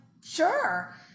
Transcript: sure